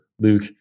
Luke